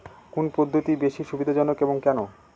কোন পদ্ধতি বেশি সুবিধাজনক এবং কেন?